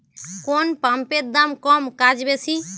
কোন পাম্পের দাম কম কাজ বেশি?